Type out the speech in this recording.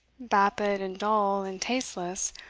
vapid, and dull, and tasteless,